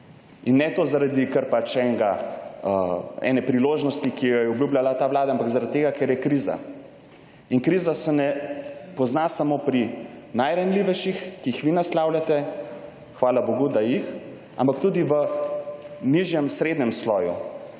In ne to zaradi kar pač ene priložnosti, ki jo je obljubljala ta vlada, ampak zaradi tega, ker je kriza. In kriza se ne poznam samo pri najranljivejših, ki ji vi naslavljate, hvala bogu da jih, ampak tudi v nižjem srednjem sloju